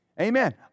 Amen